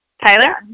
Tyler